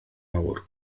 awr